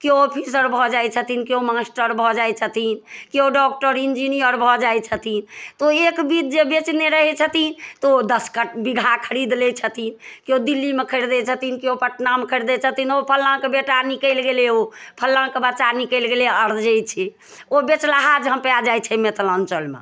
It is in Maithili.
केओ ऑफिसर भऽ जाइ छथिन केओ मास्टर भऽ जाइ छथिन केओ डॉक्टर इन्जीनियर भऽ जाइ छथि तऽ ओ एक बित जे बेचने रहै छथिन तऽ दस बीघा खरीद लै छथिन केओ दिल्लीमे खरीदै छथिन केओ पटनामे खरीदै छथिन ओ फलनाके बेटा निकलि गेलैया ओ फलनाके बच्चा निकैल गेलैया ओ अरजै छै ओ बेचलाहा आ जाइ छै मिथिलाञ्चलमे